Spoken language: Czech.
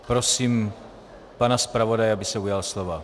Prosím pana zpravodaje, aby se ujal slova.